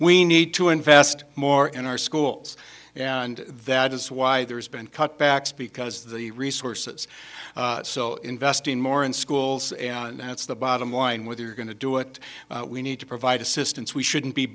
we need to invest more in our schools and that is why there has been cutbacks because the resources so investing more in schools that's the bottom line with you're going to do it we need to provide assistance we shouldn't be